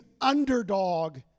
underdog